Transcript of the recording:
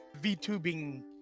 VTubing